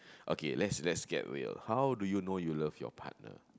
okay let's let's get real how do you know you love your partner